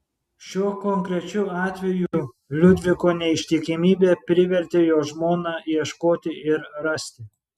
šiuo konkrečiu atveju liudviko neištikimybė privertė jo žmoną ieškoti ir rasti